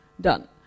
done